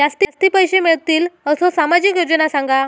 जास्ती पैशे मिळतील असो सामाजिक योजना सांगा?